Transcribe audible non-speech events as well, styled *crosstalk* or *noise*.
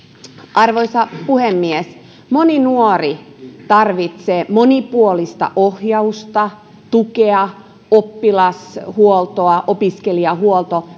arvoisa puhemies moni nuori tarvitsee monipuolista ohjausta tukea oppilashuoltoa opiskelijahuoltoa *unintelligible*